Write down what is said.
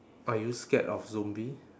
are you scared of zombie